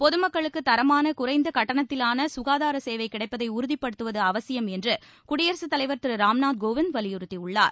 பொது மக்களுக்கு தரமான குறைந்த கட்டணத்திலான சுகாதார சேவை கிடைப்பதை உறுதிப்படுத்துவது அவசியம் என்று குடியரசுத்தலைவர் திரு ராம்நாத் கோவிந்த் விலியுறுத்தியுள்ளார்